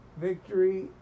victory